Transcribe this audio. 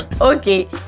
Okay